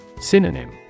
Synonym